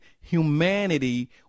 humanity